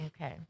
okay